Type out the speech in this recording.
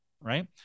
right